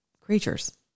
creatures